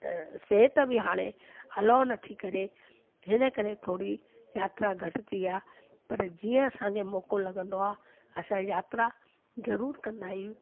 त सिहत बि हाणे अलाओ न थी करे हिन करे थोरी यात्रा घटि थी आहे पर जीअं असांखे मौक़ो लॻंदो असां यात्रा ज़रूर कंदा आहियूं